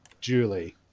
Julie